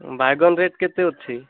ବାଇଗଣ ରେଟ୍ କେତେ ଅଛି